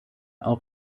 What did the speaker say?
auch